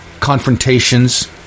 confrontations